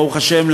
ברוך השם,